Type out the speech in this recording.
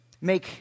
make